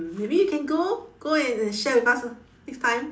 mm maybe you can go go and share with us ah next time